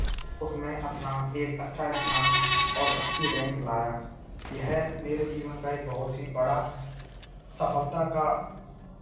उसमें अपना एक अच्छा स्थान और अच्छी रैंक लाया यह मेरे जीवन का बहुत ही बड़ा सफलता का